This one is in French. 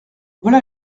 voilà